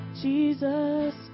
Jesus